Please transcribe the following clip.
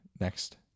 next